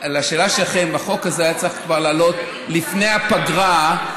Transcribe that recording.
החוק הזה היה צריך לעלות כבר לפני הפגרה.